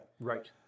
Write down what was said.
Right